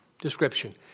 description